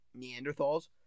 neanderthals